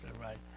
right